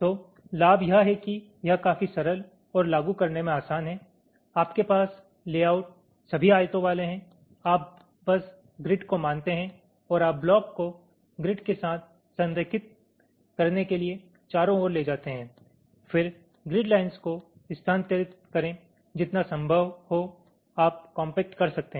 तो लाभ यह है कि यह काफी सरल और लागू करने में आसान है आपके पास लेआउट सभी आयतों वाले हैं आप बस ग्रिड को मानते हैं और आप ब्लॉक को ग्रिड के साथ संरेखित करने के लिए चारों ओर ले जाते हैं फिर ग्रिड लाइन्स को स्थानांतरित करें जितना संभव हो आप कॉम्पैक्ट कर सकते हैं